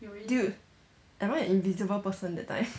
dude am I an invisible person that time